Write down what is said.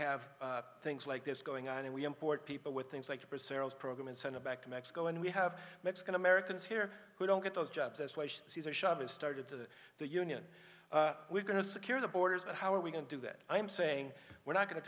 have things like this going on and we import people with things like to preserve his program and send him back to mexico and we have mexican americans here who don't get those jobs as well cesar chavez started to the union we're going to secure the borders but how are we going to do that i'm saying we're not going to